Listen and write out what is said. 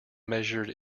measured